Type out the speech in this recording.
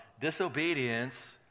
Disobedience